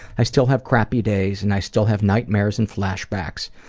i still have crappy days and i still have nightmares and flashbacks,